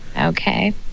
Okay